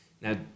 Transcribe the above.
Now